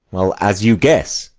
well, as you guess?